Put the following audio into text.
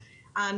אמר,